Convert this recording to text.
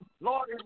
Lord